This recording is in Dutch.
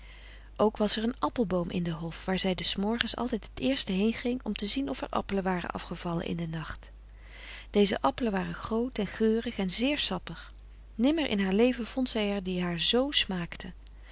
ook was er een appelboom in den hof waar zij des morgens altijd t eerste heenging om te zien of er appelen waren afgevallen in den nacht deze appelen waren groot en geurig en zeer sappig nimmer in haar leven vond zij er die haar z smaakten